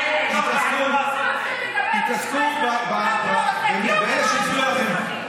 תתעסקו באלה שהצביעו לכם.